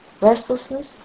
restlessness